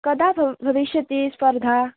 कदा भ् भविष्यति स्पर्धा